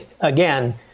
again